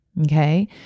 Okay